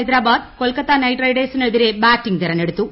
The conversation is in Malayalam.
ഹൈദരാബാദ് കൊൽക്കത്തനൈറ്റ് റൈഡേഴ്സിനെതിരെ ബാറ്റിംഗ് തെരഞ്ഞെടുത്തു